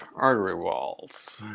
artery walls.